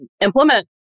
implement